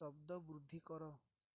ଶବ୍ଦ ବୃଦ୍ଧି କର